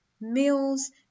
meals